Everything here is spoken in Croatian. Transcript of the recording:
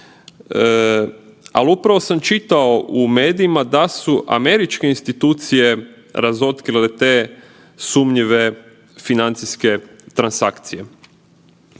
Ali upravo sam čitao u medijima da su američke institucije razotkrile te sumnjive financijske transakcije.